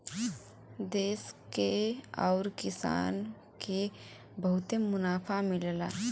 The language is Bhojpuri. देस के आउर किसान के बहुते मुनाफा मिलला